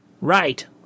Right